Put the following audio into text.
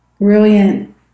brilliant